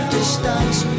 Distance